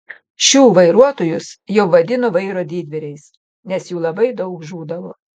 šių vairuotojus jau vadino vairo didvyriais nes jų labai daug žūdavo